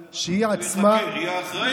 שהיא עצמה, שהיא עצמה צריכה להיחקר, היא האחראית.